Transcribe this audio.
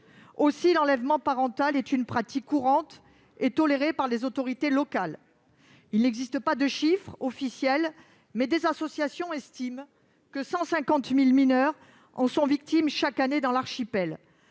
Aussi, l'enlèvement parental est une pratique courante et tolérée par les autorités locales. Il n'existe pas de chiffres officiels, mais des associations estiment que 150 000 mineurs en sont victimes chaque année dans l'archipel.